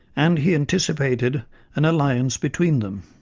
and he anticipated an alliance between them.